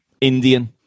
Indian